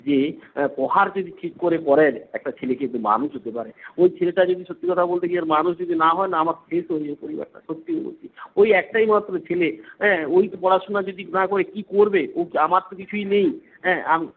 যে প্রহার যদি ঠিক করে করেন একটা ছেলেকে কিন্তু মানুষ হতে পারে ও ছেলেটা যদি সত্যি কথা বলতে গিয়ে মানুষ যদি না হয় না আমার শেষ হয়ে যাবে পরিবারটা সত্যি বলছি ওই একটাই মাত্র ছেলে ওই পড়াশোনা যদি না করে কি করবে ও আমার তো কিছুই নেই হ্যাঁ আমি